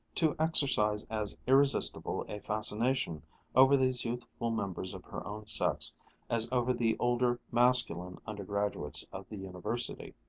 to exercise as irresistible a fascination over these youthful members of her own sex as over the older masculine undergraduates of the university.